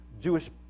Jewish